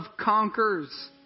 conquers